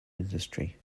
industry